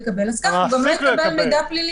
כך הוא גם לא יקבל מידע פלילי.